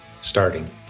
starting